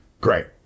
great